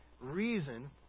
reason